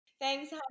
thanks